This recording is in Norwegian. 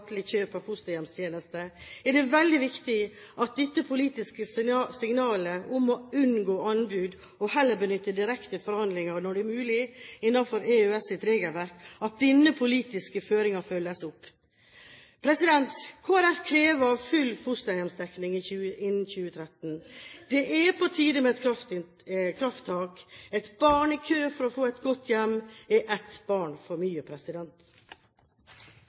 kjøp av fosterhjemstjenester, er det veldig viktig at dette politiske signalet om å unngå anbud og heller benytte direkte forhandlinger når det er mulig innenfor EØS-regelverket, følges opp. Kristelig Folkeparti krever full fosterhjemsdekning innen 2013. Det er på tide med et krafttak. Ett barn i kø for å få et godt hjem er ett barn for mye.